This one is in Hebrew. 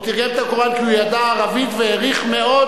הוא תרגם את הקוראן כי הוא ידע ערבית והעריך מאוד